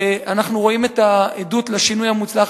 ואנחנו רואים את העדות לשינוי המוצלח